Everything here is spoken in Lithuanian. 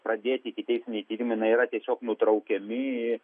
pradėti ikiteisminiai terminai na yra tiesiog nutraukiami